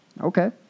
okay